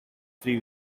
three